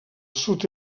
sud